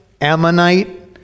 Ammonite